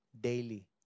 Daily